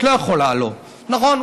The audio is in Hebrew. את לא יכולה, נכון?